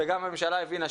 וגם הממשלה הבינה,